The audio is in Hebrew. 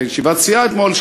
בישיבת סיעה אתמול,